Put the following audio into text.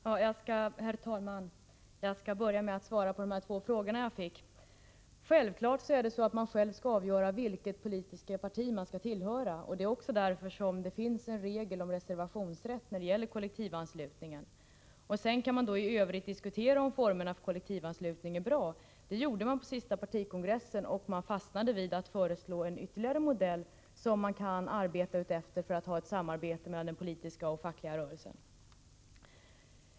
Herr talman! Jag skall börja med att svara på de två frågor som jag fick. Självfallet skall man själv avgöra vilket politiskt parti man skall tillhöra. Det är också därför som det finns en regel om reservationsrätt i fråga om kollektivanslutningen. Sedan kan man diskutera om formerna i övrigt för kollektivanslutningen är bra. Det gjorde man vid den senaste partikongressen, och då fastnade man vid att föreslå en ytterligare modell som man kan arbeta efter för att ha ett samarbete mellan den politiska och fackliga rörelsen.